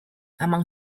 among